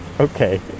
Okay